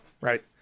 right